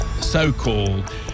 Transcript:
so-called